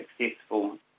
successful